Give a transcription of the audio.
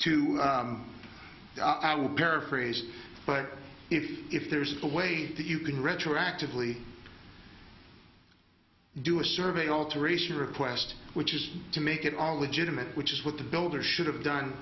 to i would paraphrase but if there's a way that you can retroactively do a survey alteration request which is to make it all legitimate which is what the builder should have done